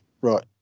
right